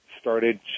started